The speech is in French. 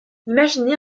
imaginez